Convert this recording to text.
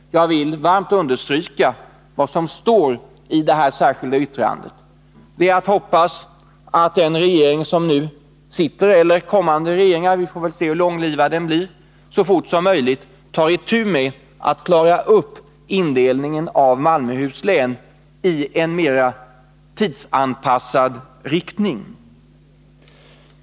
Jag vill varmt understryka vad som står i detta särskilda yttrande. Det är att hoppas att den regering som nu sitter — vi får se hur långlivad den blir — eller kommande regeringar så fort som möjligt tar itu med att klara upp indelningen av Malmöhus län i en mera tidsanpassad riktning.